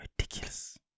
ridiculous